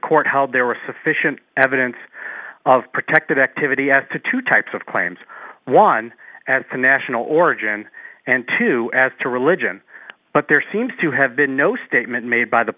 court held there was sufficient evidence of protected activity as to two types of claims one at the national origin and two as to religion but there seems to have been no statement made by the